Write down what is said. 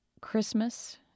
Christmas